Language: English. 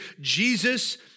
Jesus